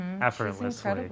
effortlessly